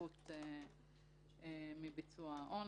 התחמקות מביצוע העונש.